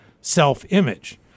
self-image